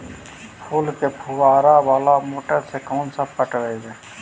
फूल के फुवारा बाला मोटर से कैसे पटइबै?